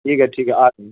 ٹھیک ہے ٹھیک آیں